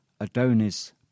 Adonis